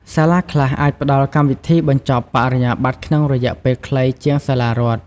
សាលាខ្លះអាចផ្ដល់កម្មវិធីបញ្ចប់បរិញ្ញាបត្រក្នុងរយៈពេលខ្លីជាងសាលារដ្ឋ។